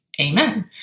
Amen